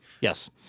Yes